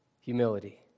humility